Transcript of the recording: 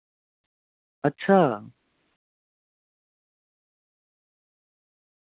अच्छा